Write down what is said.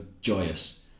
joyous